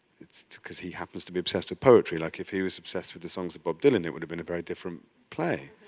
cause he happens to be obsessed with poetry. like if he was obsessed with the songs of bob dylan it would have been a very different play.